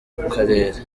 karere